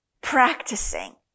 practicing